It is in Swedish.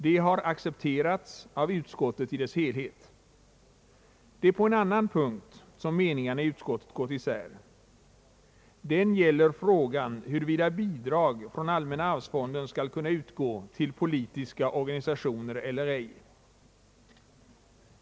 De har accepterats av utskottet i dess helhet. Det är på en annan punkt som meningarna i utskottet gått isär. Den gäller frågan om huruvida bidrag från allmänna arvsfonden skall kunna utgå till politiska organisationer eller ej.